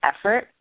effort